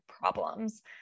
problems